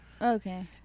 Okay